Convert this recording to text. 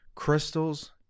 Crystals